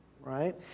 right